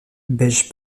beige